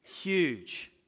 Huge